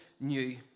new